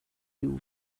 you